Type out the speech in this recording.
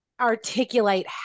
articulate